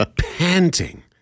panting